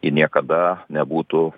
ji niekada nebūtų